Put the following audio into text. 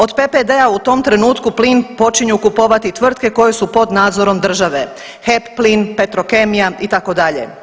Od PPD-a u tom trenutku plin počinju kupovati tvrtke koje su nadzorom države HEP Plin, Petrokemija itd.